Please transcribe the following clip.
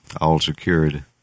All-secured